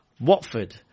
Watford